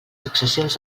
successions